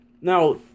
Now